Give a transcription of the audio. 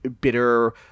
bitter